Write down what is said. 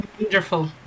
Wonderful